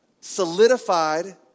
solidified